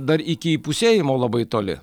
dar iki įpusėjimo labai toli